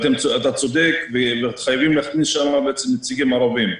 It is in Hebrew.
אתה צודק, וחייבים להכניס שם נציגים ערבים.